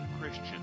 Christian